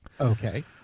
Okay